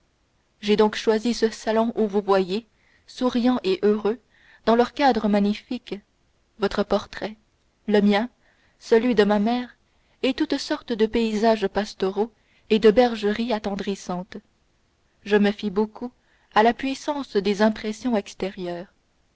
j'ai donc choisi ce salon où vous voyez souriants et heureux dans leurs cadres magnifiques votre portrait le mien celui de ma mère et toutes sortes de paysages pastoraux et de bergeries attendrissantes je me fie beaucoup à la puissance des impressions extérieures